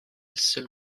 seule